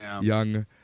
young